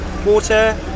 water